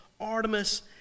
Artemis